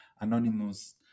anonymous